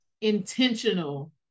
intentional